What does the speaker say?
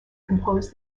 composed